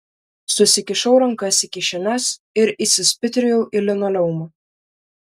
susikišau rankas į kišenes ir įsispitrijau į linoleumą